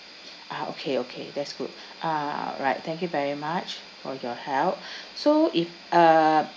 ah okay okay that's good alright thank you very much for your help so if uh